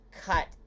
cut